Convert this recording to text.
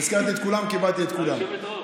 הזכרתי את כולם, קיבלתי את כולם.